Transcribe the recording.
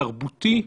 תרבותי,